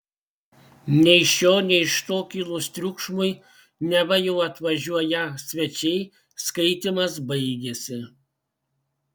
nei iš šio nei iš to kilus triukšmui neva jau atvažiuoją svečiai skaitymas baigėsi